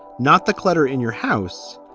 not the clutter in your house,